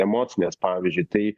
emocinės pavyzdžiui tai